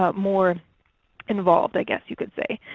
but more involved, i guess you could say.